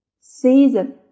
season